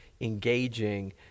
engaging